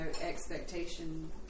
expectation